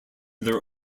their